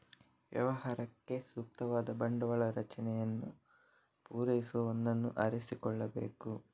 ವ್ಯವಹಾರಕ್ಕೆ ಸೂಕ್ತವಾದ ಬಂಡವಾಳ ರಚನೆಯನ್ನು ಪೂರೈಸುವ ಒಂದನ್ನು ಆರಿಸಿಕೊಳ್ಳಬೇಕು